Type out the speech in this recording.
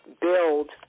build